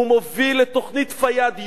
הוא מוביל לתוכנית פיאד יום-יום,